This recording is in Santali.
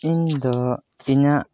ᱤᱧ ᱫᱚ ᱤᱧᱟᱹᱜ